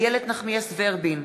איילת נחמיאס ורבין,